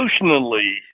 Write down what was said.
Emotionally